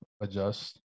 adjust